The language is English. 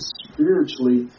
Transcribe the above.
spiritually